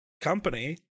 company